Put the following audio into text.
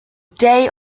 day